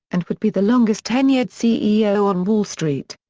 and would be the longest-tenured ceo on wall street.